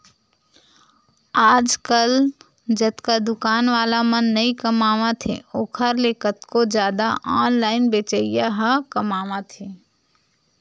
आजकल जतका दुकान वाला मन नइ कमावत हे ओखर ले कतको जादा ऑनलाइन बेचइया ह कमावत हें